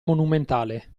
monumentale